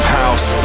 house